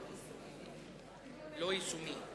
לא יישומי.